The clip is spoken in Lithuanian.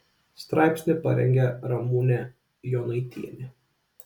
straipsnį parengė ramūnė jonaitienė